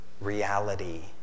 reality